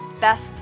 best